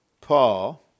Paul